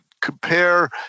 compare